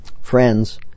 Friends